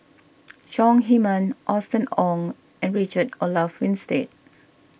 Chong Heman Austen Ong and Richard Olaf Winstedt